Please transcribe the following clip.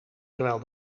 terwijl